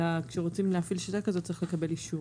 אלא כשרוצים להפעיל שיטה כזאת צריך לקבל אישור?